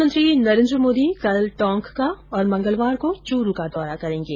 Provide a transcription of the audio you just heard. प्रधानमंत्री नरेन्द्र मोदी कल टोंक का और मंगलवार को चूरू का दौरा करेंगे